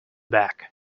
back